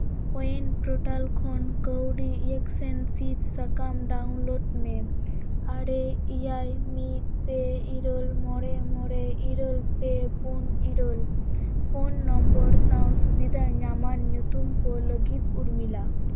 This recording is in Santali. ᱠᱚᱭᱮᱱ ᱯᱨᱳᱴᱟᱞ ᱠᱷᱚᱱ ᱠᱟᱹᱣᱰᱤ ᱥᱤᱫ ᱥᱟᱠᱟᱢ ᱰᱟᱣᱩᱱᱞᱳᱰ ᱢᱮ ᱟᱨᱮ ᱮᱭᱟᱭ ᱢᱤᱫ ᱯᱮ ᱤᱨᱟᱹᱞ ᱢᱚᱬᱮ ᱢᱚᱬᱮ ᱤᱨᱟᱹᱞ ᱯᱮ ᱯᱩᱱ ᱤᱨᱟᱹᱞ ᱯᱷᱳᱱ ᱱᱚᱢᱵᱚᱨ ᱥᱟᱶ ᱥᱩᱵᱤᱫᱟ ᱧᱟᱢᱟᱱ ᱧᱩᱛᱩᱢ ᱠᱚ ᱞᱟᱹᱜᱤᱫ ᱩᱨᱢᱤᱞᱟ